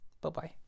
Bye-bye